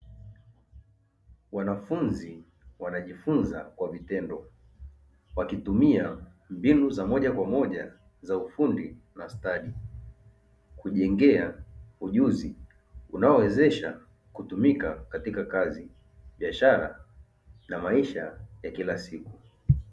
Wanafunzi wanaojifunza kwa vitendo, wakitumia mbinu za moja kwa moja za ufundi na stadi kujengea ujuzi unaowezesha kutumika katika kazi, biashara na maisha ya kila siku.